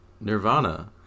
Nirvana